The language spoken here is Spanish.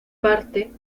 parte